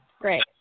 Great